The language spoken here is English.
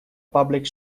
public